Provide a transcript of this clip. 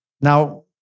Now